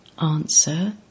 Answer